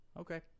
Okay